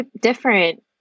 different